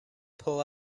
pull